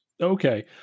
Okay